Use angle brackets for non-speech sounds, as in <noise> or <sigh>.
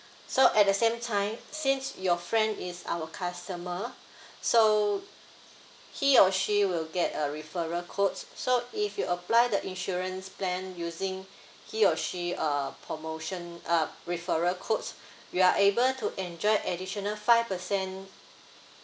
so at the same time since your friend is our customer <breath> so he or she will get a referral code so if you apply the insurance plan using he or she uh promotion uh referral codes <breath> we are able to enjoy additional five percent